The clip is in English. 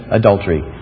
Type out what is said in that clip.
adultery